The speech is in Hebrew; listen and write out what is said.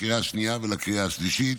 לקריאה השנייה ולקריאה השלישית.